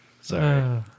Sorry